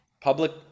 public